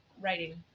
writing